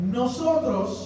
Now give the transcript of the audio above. nosotros